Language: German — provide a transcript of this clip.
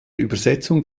übersetzung